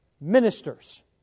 ministers